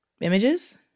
Images